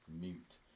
mute